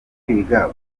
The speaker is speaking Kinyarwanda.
kwiga